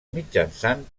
mitjançant